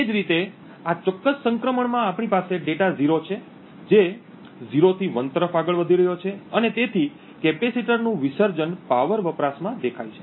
એ જ રીતે આ ચોક્કસ સંક્રમણમાં આપણી પાસે ડેટા 0 છે જે 0 થી 1 તરફ આગળ વધી રહ્યો છે અને તેથી કેપેસિટરનું વિસર્જન પાવર વપરાશમાં દેખાય છે